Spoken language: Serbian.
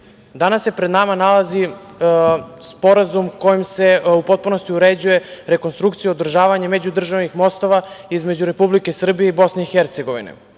danas se pred nama nalazi sporazum kojim se u potpunosti uređuje rekonstrukcija i održavanje međudržavnih mostova između Republike Srbije i Bosne i Hercegovine.Za